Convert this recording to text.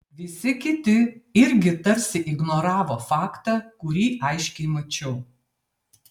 visi kiti irgi tarsi ignoravo faktą kurį aiškiai mačiau